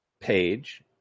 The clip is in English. page